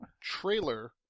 trailer